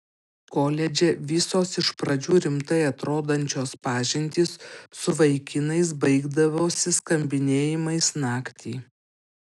koledže visos iš pradžių rimtai atrodančios pažintys su vaikinais baigdavosi skambinėjimais naktį